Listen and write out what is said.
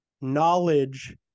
knowledge